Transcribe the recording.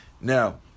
Now